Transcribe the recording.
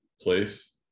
place